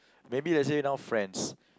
maybe let's say now friends